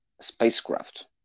spacecraft